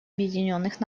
объединенных